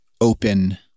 open